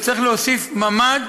שצריך להוסיף ממ"ד,